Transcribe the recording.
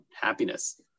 happiness